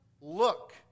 Look